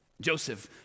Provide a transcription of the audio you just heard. Joseph